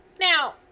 Now